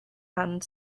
and